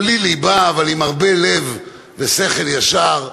בלי ליבה, אבל עם הרבה לב ושכל ישר,